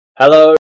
Hello